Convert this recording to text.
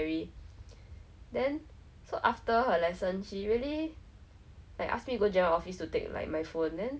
I I guess like 是我的错 lah 不应该用手机但是真的 like it was really so pretty so cool 真的